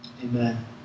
Amen